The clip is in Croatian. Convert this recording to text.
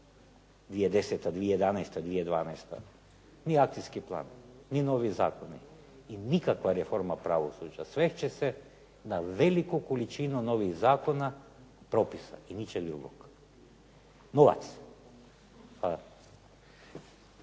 2010., 2011., 2012. ni akcijski plan, ni novi zakoni i nikakva reforma pravosuđa, sve će se na veliku količinu novih zakona propisa i ničeg drugog. Novac.